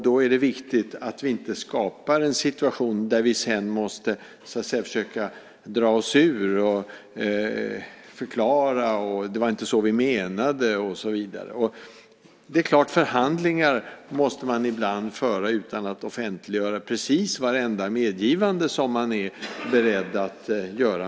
Då är det viktigt att vi inte skapar en situation där vi sedan måste försöka dra oss ur, förklara och säga att det inte var så vi menade och så vidare. Det är klart att man ibland måste föra förhandlingar utan att offentliggöra precis vartenda medgivande som man är beredd att göra.